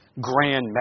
grand